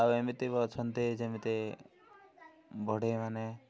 ଆଉ ଏମିତି ବି ଅଛନ୍ତି ଯେମିତି ବଢ଼େଇ ମାନେ